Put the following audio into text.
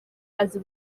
azi